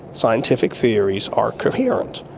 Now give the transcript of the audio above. scientific theories are coherent,